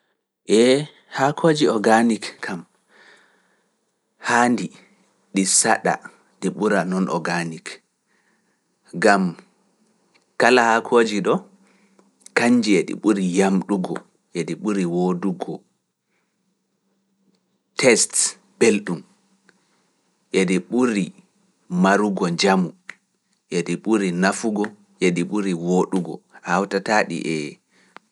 Ee haakooji organik kam haandi ɗi saɗa ɗi ɓura non organik. Gam kala haakooji ɗo kanji e ɗi ɓuri yamɗugo e ɗi ɓuri woodugo. Tests belɗum e ɗi ɓuri marugo jamu e ɗi ɓuri nafugo e ɗi ɓuri woodugo hawtataa ɗi ee.